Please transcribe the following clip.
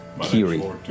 Kiri